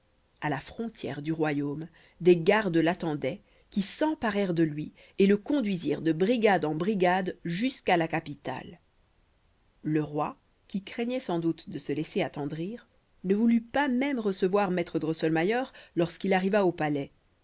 à la frontière du royaume des gardes l'attendaient qui s'emparèrent de lui et le conduisirent de brigade en brigade jusqu'à la capitale le roi qui craignait sans doute de se laisser attendrir ne voulut pas même recevoir maître drosselmayer lorsqu'il arriva au palais